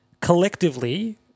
collectively